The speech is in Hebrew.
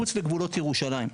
מחוץ לגבולות ירושלים.